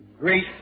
Great